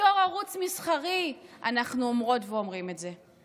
בתור ערוץ מסחרי אנחנו אומרות ואומרים את זה.